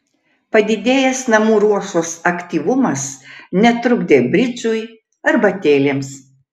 padidėjęs namų ruošos aktyvumas netrukdė bridžui arbatėlėms